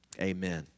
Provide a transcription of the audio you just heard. Amen